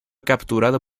capturado